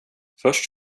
först